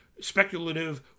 speculative